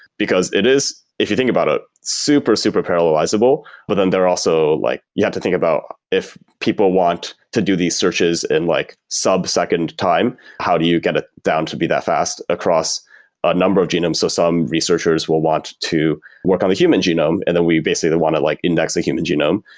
because it is if you think about a super, super parallelizable, but then they're also like you have to think about if people want to do these searches in like sub-second time, how do you get it down to be that fast across a number of genomes, so some researchers will want to work on the human genome and then we basically want to like index the human genome,